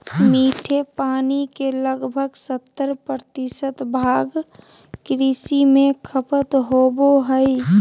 मीठे पानी के लगभग सत्तर प्रतिशत भाग कृषि में खपत होबो हइ